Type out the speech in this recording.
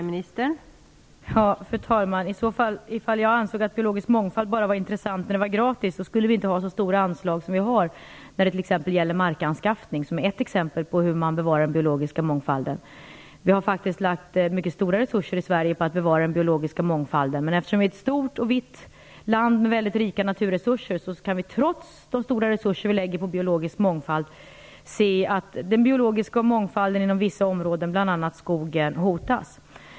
Fru talman! Om jag ansåg att biologisk mångfald bara är intressant om den är gratis, skulle vi inte ha så stora anslag som vi har när det t.ex. gäller markanskaffning, som är ett exempel på hur man bevarar den biologiska mångfalden. Vi har faktiskt satsat mycket stora resurser i Sverige på att bevara den biologiska mångfalden. Men eftersom Sverige är ett stort och vitt land med väldigt rika naturresurser, kan vi trots de stora resurser som vi satsar på biologisk mångfald se att den biologiska mångfalden inom vissa områden, bl.a. skogen, hotas.